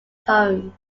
home